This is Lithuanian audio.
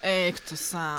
eik tu sa